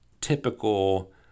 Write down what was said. typical